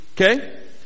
okay